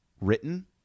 written